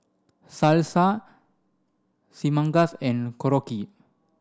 Salsa Chimichangas and Korokke